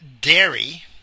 dairy